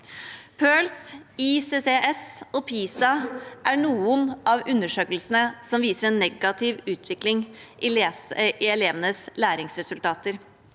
PIRLS, ICCS og PISA er noen av undersøkelsene som viser en negativ utvikling i elevenes læringsresultater.